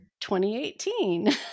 2018